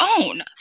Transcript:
own